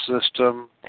system